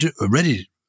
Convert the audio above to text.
ready